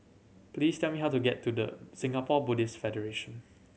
please tell me how to get to The Singapore Buddhist Federation